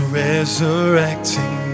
resurrecting